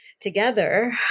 Together